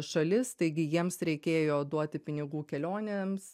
šalis taigi jiems reikėjo duoti pinigų kelionėms